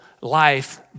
life